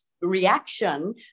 reaction